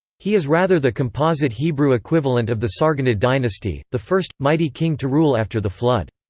he is rather the composite hebrew equivalent of the sargonid dynasty the first, mighty king to rule after the flood.